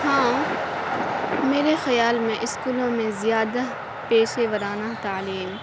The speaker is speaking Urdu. ہاں میرے خیال میں اسکولوں میں زیادہ پیشے ورانہ تعلیم